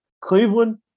Cleveland